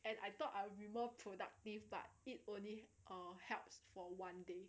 and I thought I would be more productive but it only uh helps for one day